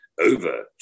Over